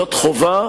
זו חובה.